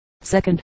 second